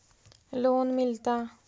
Loan मिलता?